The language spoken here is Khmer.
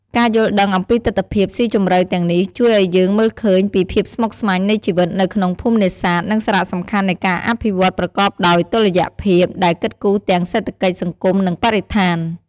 ការយល់ដឹងអំពីទិដ្ឋភាពស៊ីជម្រៅទាំងនេះ ជួយឱ្យយើងមើលឃើញពីភាពស្មុគស្មាញនៃជីវិតនៅក្នុងភូមិនេសាទ និងសារៈសំខាន់នៃការអភិវឌ្ឍន៍ប្រកបដោយតុល្យភាព ដែលគិតគូរទាំងសេដ្ឋកិច្ច សង្គម និងបរិស្ថាន។